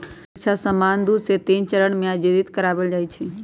bank परीकछा सामान्य दू से तीन चरण में आयोजित करबायल जाइ छइ